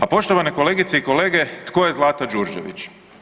A poštovane kolegice i kolege, tko je Zlata Đurđević?